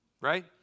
Right